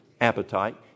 Appetite